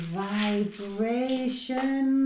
vibration